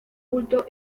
culto